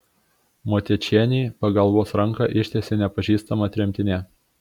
motiečienei pagalbos ranką ištiesė nepažįstama tremtinė